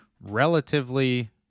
relatively